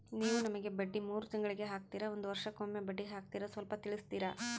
ನೀವು ನಮಗೆ ಬಡ್ಡಿ ಮೂರು ತಿಂಗಳಿಗೆ ಹಾಕ್ತಿರಾ, ಒಂದ್ ವರ್ಷಕ್ಕೆ ಒಮ್ಮೆ ಬಡ್ಡಿ ಹಾಕ್ತಿರಾ ಸ್ವಲ್ಪ ತಿಳಿಸ್ತೀರ?